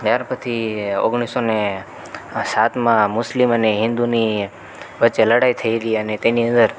ત્યાર પછી ઓગણીસસો ને સાતમાં મુસ્લિમ અને હિન્દુની વચ્ચે લડાઈ થએલી અને તેની અંદર